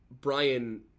Brian